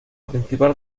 principal